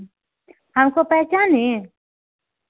हमको पहचाने